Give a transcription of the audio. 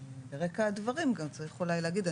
ברקע הדברים גם צריך אולי להגיד,